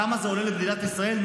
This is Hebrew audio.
כמה זה עולה למדינת ישראל?